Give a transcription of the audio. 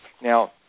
Now